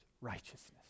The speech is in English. righteousness